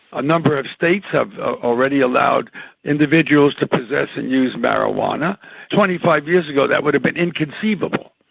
a number of states have already allowed individuals to possess and use marijuana twenty five years ago that would've been inconceivable.